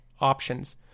options